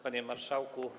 Panie Marszałku!